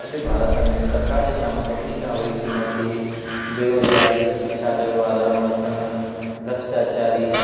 अॼु भारत में सरकार जे सामुहूं सभिनी खां वॾी चुनौती बेरोज़गारी शिक्षा जो वाधारो न थियणु भ्रष्टाचारी